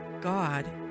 God